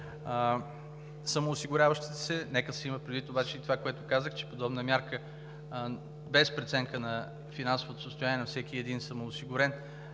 самоосигуряващите се. Нека се има обаче предвид и това, което казах, че подобна мярка, без преценка на финансовото състояние на всеки един самоосигурен,